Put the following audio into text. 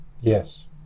Yes